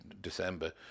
december